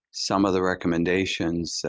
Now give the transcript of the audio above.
some of the recommendations,